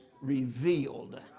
revealed